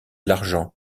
l’argent